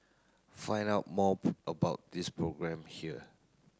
find out more about this new programme here